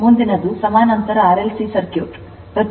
ಮುಂದಿನದಾಗಿ ಸಮಾನಾಂತರ RLC circuit ಅನ್ನು ನೋಡೋಣ